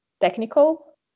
technical